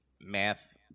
math